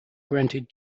granted